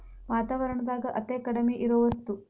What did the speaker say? ವಾತಾವರಣದಾಗ ಅತೇ ಕಡಮಿ ಇರು ವಸ್ತು